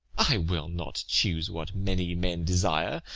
i will not choose what many men desire,